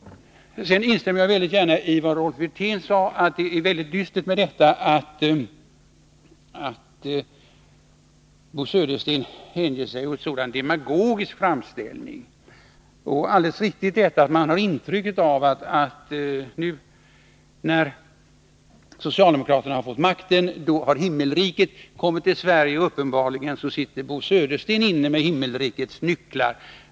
Jag instämmer gärna i Rolf Wirténs uttalande att det är mycket dystert att Bo Södersten hänger sig åt en sådan demagogisk framställning. Det är alldeles riktigt att man får det intrycket att nu, när socialdemokraterna har fått makten, har himmelriket kommit till Sverige. Uppenbarligen sitter Bo Södersten inne med himmelrikets nycklar.